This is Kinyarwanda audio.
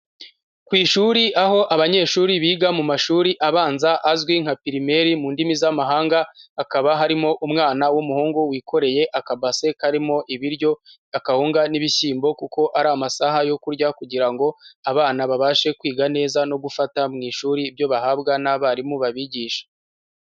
Ku ishuri aho abanyeshuri biga mu mashuri abanza azwi nka primaire mu ndimi z'amahanga, hakaba harimo umwana w'umuhungu wikoreye akabase karimo ibiryo akahunga n'ibishyimbo, kuko ari amasaha yo kurya, kugira ngo abana babashe kwiga neza no gufata mu ishuri ibyo bahabwa n'abarimu babigisha.